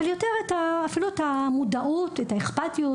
אבל יותר את המודעות, את האכפתיות.